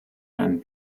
and